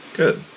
good